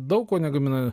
daug ko negamina